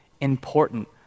important